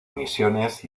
misiones